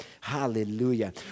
Hallelujah